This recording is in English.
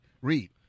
Read